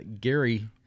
Gary